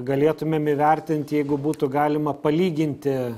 galėtumėm įvertint jeigu būtų galima palyginti